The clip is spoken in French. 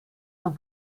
dans